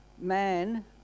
man